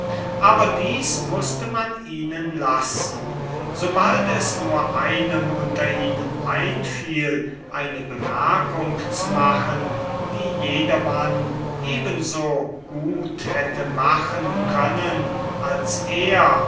aber dies mußte man ihnen lassen sobald es nur einem unter ihnen einfiel eine bemerkung zu machen die jedermann eben so gut hätte machen können als er